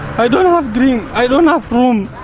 i don't have drink, i don't have room,